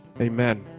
Amen